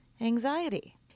anxiety